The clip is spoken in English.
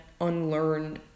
unlearn